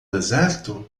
deserto